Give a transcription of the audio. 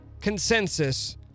consensus